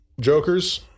jokers